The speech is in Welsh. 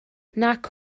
nac